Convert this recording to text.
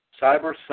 Cyber